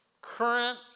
current